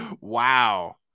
wow